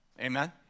Amen